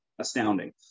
astounding